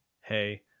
hey